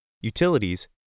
utilities